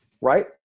Right